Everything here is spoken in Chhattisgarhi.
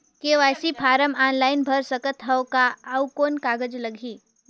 के.वाई.सी फारम ऑनलाइन भर सकत हवं का? अउ कौन कागज लगही?